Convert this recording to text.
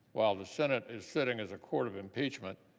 while the senate is sitting as a court of impeachment,